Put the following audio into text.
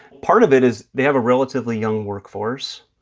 part of it is they have a relatively young workforce,